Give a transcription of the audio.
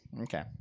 Okay